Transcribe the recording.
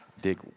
dig